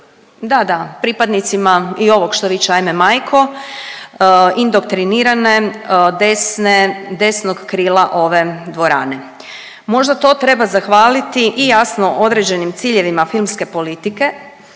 da, da, pripadnicima i ovog što viče ajme majko, indoktrinirane desne, desnog krila ove dvorane. Možda to treba zahvaliti i jasno određenim ciljevima filmske politike